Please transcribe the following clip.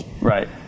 Right